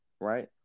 Right